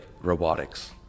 robotics